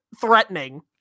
threatening